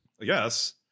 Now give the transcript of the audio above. Yes